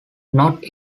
not